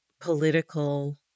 political